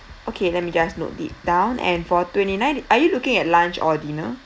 okay let me just note it down and for twenty-nine are you looking at lunch or dinner